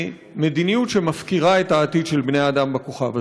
ובמדיניות שמפקירה את העתיד של בני-האדם על הכוכב הזה.